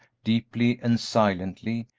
deeply and silently,